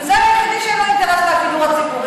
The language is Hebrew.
כי הוא היחיד שאין לו אינטרס בשידור הציבורי,